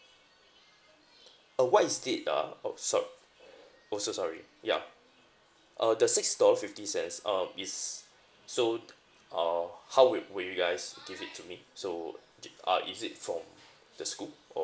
uh what is did ah oh so oh so sorry yeah uh the six dollar fifty cents um is so t~ uh how will will you guys give it to me so did uh is it from the school or